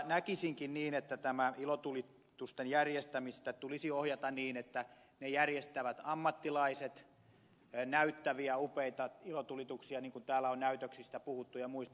näkisinkin niin että tätä ilotulitusten järjestämistä tulisi ohjata niin että ammattilaiset järjestävät näyttäviä upeita ilotulituksia niin kuin täällä on näytöksistä puhuttu ja muista